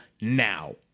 now